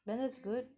man that's good